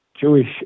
Jewish